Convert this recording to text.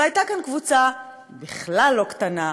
והייתה כאן קבוצה בכלל לא קטנה,